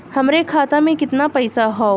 हमरे खाता में कितना पईसा हौ?